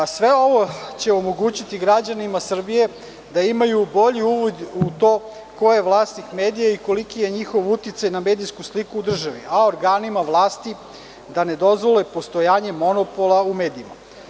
Sve ovo će omogućiti građanima Srbije da imaju bolji uvid u to ko je vlasnik medija i koliki je njihov uticaj na medijsku sliku u državi, a organima vlasti da ne dozvole postojanje monopola u medijima.